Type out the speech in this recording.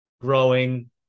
growing